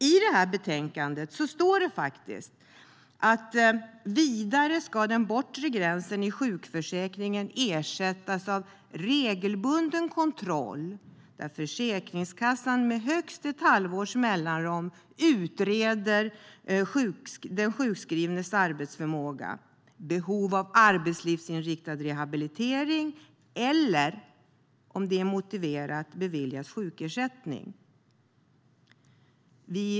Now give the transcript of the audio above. I betänkandet står det faktiskt så här: "Vidare ska den bortre tidsgränsen i sjukförsäkringen ersättas av en regelbunden kontroll där Försäkringskassan med högst ett halvårs mellanrum utreder den sjukskrivnes arbetsförmåga, behov av arbetslivsinriktad rehabilitering eller om det är motiverat att bevilja en sjukersättning."